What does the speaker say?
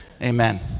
Amen